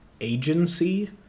agency